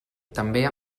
també